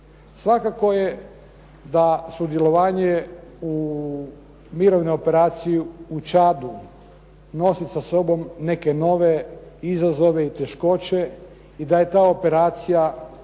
Svakako je da sudjelovanje u mirovnoj operaciji u Čadu nosi sa sobom neke nove izazove i teškoće i da je ta operacija